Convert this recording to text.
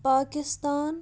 Pakistan